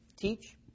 teach